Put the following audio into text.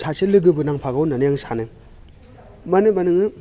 सासे लोगोबो नांफागौ होननानै आं सानो मानो होनब्ला नोङो